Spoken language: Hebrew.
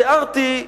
תיארתי,